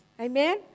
Amen